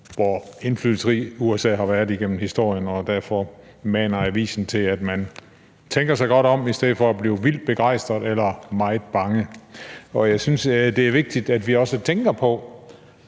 hvor indflydelsesrig USA har været igennem historien, og derfor maner avisen til, at man tænker sig godt om i stedet for at blive vildt begejstret eller meget bange. Jeg synes, det er vigtigt, at vi også tænker på,